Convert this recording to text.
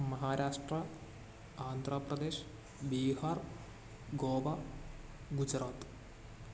Maharashtra Andhra Pradesh Bihar Goa Gujarat